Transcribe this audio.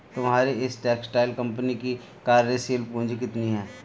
तुम्हारी इस textile company की कार्यशील पूंजी कितनी है?